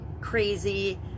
crazy